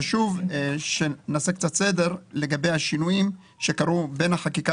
חשוב שנעשה קצת סדר לגבי השינויים שקרו בין החקיקה